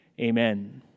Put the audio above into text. Amen